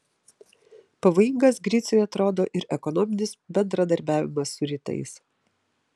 pavojingas griciui atrodo ir ekonominis bendradarbiavimas su rytais